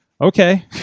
okay